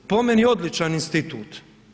Po meni odličan institut.